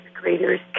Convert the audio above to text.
graders